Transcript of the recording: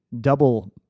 double